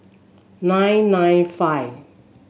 nine nine five